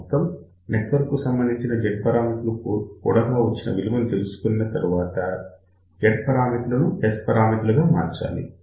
మొత్తం నెట్వర్క్ కు సంబంధించిన Z పరామితులు కూడగా వచ్చిన విలువ తెలిసిన తరువాత Z పరామితులను S పరామితులుగా మార్చాలి